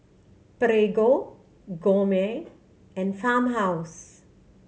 Prego Gourmet and Farmhouse